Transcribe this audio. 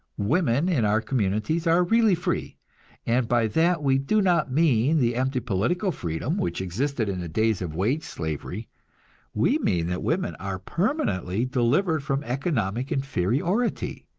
women in our communities are really free and by that we do not mean the empty political freedom which existed in the days of wage slavery we mean that women are permanently delivered from economic inferiority,